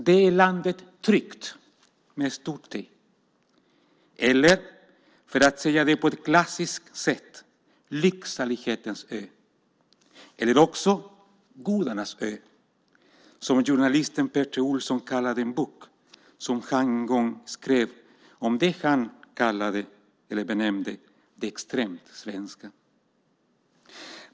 Det är landet Tryggt, med stort T, eller, för att säga det på ett klassiskt sätt, Lycksalighetens ö, eller också Gudarnas ö, som journalisten Per T. Ohlsson kallade en bok som han en gång skrev om det han benämnde "det extremt svenska".